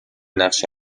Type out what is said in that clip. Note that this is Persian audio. نقش